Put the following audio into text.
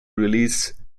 release